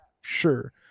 sure